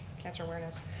cancer awareness.